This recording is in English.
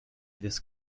this